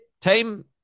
team